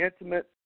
intimate